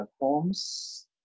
homes